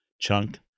chunk